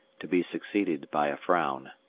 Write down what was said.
to be succeeded by a frown.